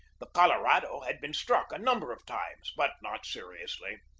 the colorado had been struck a number of times, but not seriously.